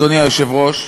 אדוני היושב-ראש,